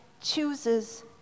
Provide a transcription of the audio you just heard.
chooses